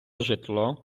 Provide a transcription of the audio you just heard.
житло